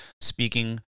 speaking